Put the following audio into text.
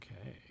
okay